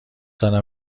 دارم